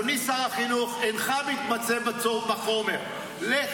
אדוני שר החינוך, אינך מתמצא בחומר, לך תלמד.